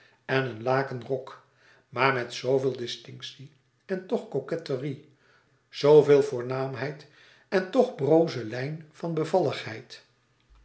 en een laken rok maar met zooveel distinctie en toch coquetterie zooveel voornaamheid en toch broze lijn van bevalligheid